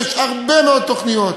ויש הרבה מאוד תוכניות.